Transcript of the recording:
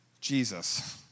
Jesus